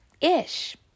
ish